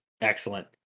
excellent